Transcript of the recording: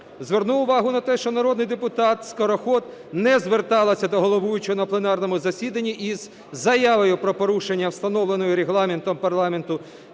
звернув увагу на те, що народний депутат Скороход не зверталася до головуючого на пленарному засіданні із заявою про порушення встановленої Регламентом парламенту